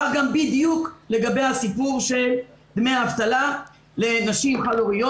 כך גם בדיוק לגבי הסיפור של דמי אבטלה לנשים חד-הוריות.